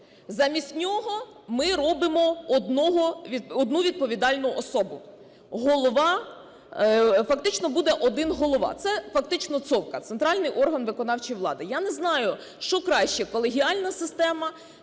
Замість нього ми робимо одну відповідальну особу. Голова, фактично буде один голова. Це фактично ЦОВВка – центральний орган виконавчої влади. Я не знаю, що краще: колегіальна система